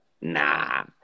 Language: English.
nah